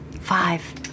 Five